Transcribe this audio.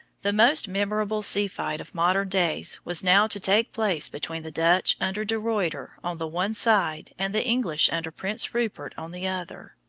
the most memorable sea-fight of modern days was now to take place between the dutch under de ruyter on the one side and the english under prince rupert on the other.